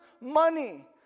money